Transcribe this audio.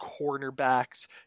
cornerbacks